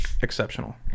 exceptional